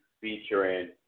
featuring